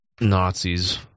Nazis